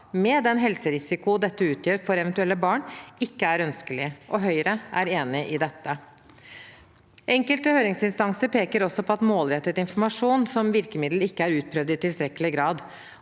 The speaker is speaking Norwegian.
med den helserisiko dette utgjør for eventuelle barn, ikke er ønskelig. Høyre er enig i dette. Enkelte høringsinstanser peker også på at målrettet informasjon som virkemiddel ikke er utprøvd i tilstrekkelig grad.